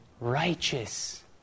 righteous